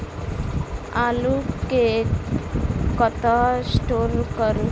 आलु केँ कतह स्टोर करू?